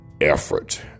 effort